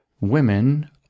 women